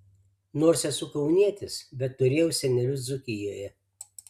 nors esu kaunietis bet turėjau senelius dzūkijoje